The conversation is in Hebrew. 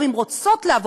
גם אם הן רוצות לעבוד,